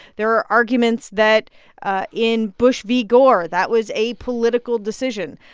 there are arguments that in bush v. gore, that was a political decision.